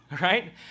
right